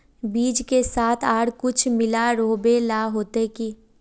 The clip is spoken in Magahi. बीज के साथ आर कुछ मिला रोहबे ला होते की?